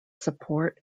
support